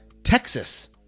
Texas